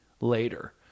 later